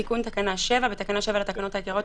"תיקון תקנה 7 בתקנה 7 לתקנות העיקריות,